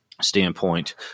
standpoint